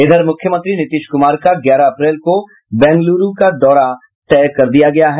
इधर मुख्यमंत्री नीतीश कुमार का ग्यारह अप्रैल को बेंगलुरू का दौरा तय किया गया है